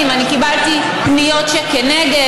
היום אני נוסע ושומע בבוקר את יושבת-ראש מפלגת